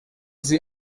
sie